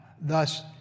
Thus